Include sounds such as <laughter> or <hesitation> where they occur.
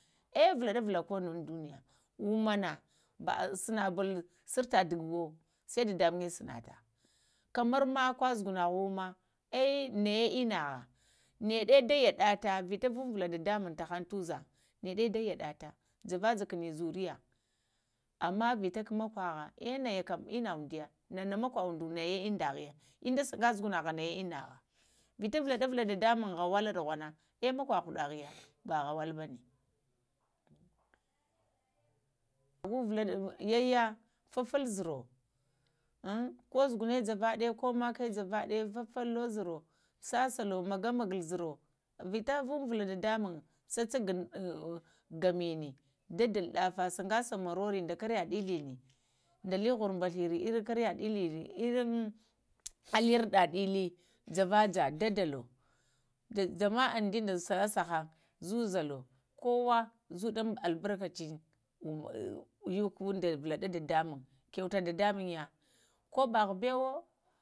Əe valaɗuvulə ko nuwo əŋduniyə, wumanə sanabu sarta <unintelligible> sai damugə sanata kamar makwar, zugunaghə wuwumə əe naya innəgha, nəɗa dayaɗata vita vuŋvula damuŋ tahaŋ tuzaŋ əmma vita ka malawəglə əe ina kam inə uŋduya, nana makwa uŋdu naya əndaghya uŋda sapə zuguna hə naya indagha vita vəlaɗuvula dadamuŋ ghawa ɗughana əe makwo huɗaghəyə ba ghawala bana vula dadamuŋ yayə fafal zuro əm ko zuguŋnə javaɗə ko makwə jəvaɗə fa falo zhuro sasalo magamaga zuro vita vuŋvula dadamuŋ tsa ba ghamənə dadal ɗafa sa ghasa mororə da kara ɗilinə dali jhar uŋbaghlinə ar kara ɗələnə inna <hesitation> aləarɗa ɗəli javaja dadalo jamaci din da sasa haŋ zuzalo kowa zəɗwo albar kacin yukuŋda vala nudadamuŋ kau ta dadamuŋ ya kobo gha bawe.